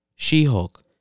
she-hulk